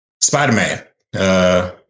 Spider-Man